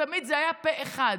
ותמיד זה היה פה אחד.